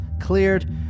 Cleared